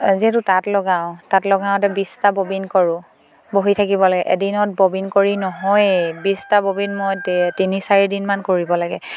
যিহেতু তাঁত লগাওঁ তাঁত লগাওঁতে বিছটা ববিন কৰোঁ বহি থাকিব লাগে এদিনত ববিন কৰি নহয়েই বিছটা ববিন মই তিনি চাৰিদিনমান কৰিব লাগে